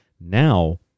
Now